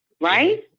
Right